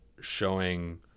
showing